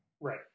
right